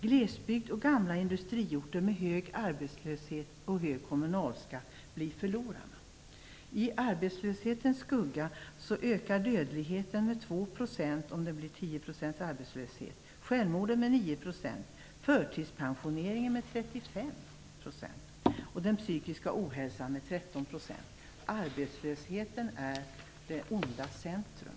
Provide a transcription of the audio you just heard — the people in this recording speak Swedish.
Glesbygder och industriorter med hög arbetslöshet och hög kommunalskatt blir förlorarna. I arbetslöshetens skugga ökar dödligheten med 2 % vid 10 % arbetslöshet, självmorden ökar med 9 %, förtidspensioneringarna ökar med 35 % och antalet personer som lider av psykisk ohälsa ökar med Arbetslösheten är det ondas centrum.